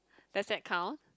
does that count